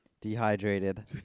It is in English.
Dehydrated